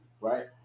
Right